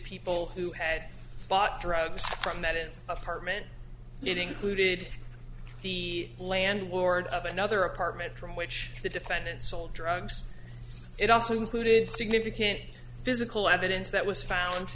people who had bought drugs from that in apartment meeting looted the landlord of another apartment from which the defendant sold drugs it also included significant physical evidence that was found